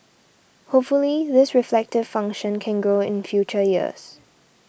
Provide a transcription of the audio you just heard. hopefully this reflective function can grow in future years